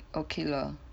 okay lah